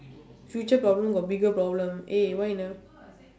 future problem got bigger problem eh why you never